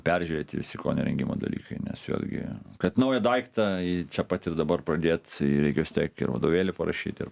peržiūrėti visi kovinio rengimo dalykai nes vėlgi kad naują daiktą į čia pat ir dabar pradėt jį reikia vis tiek ir vadovėlį parašyt ir